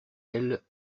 elle